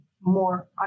more